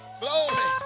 glory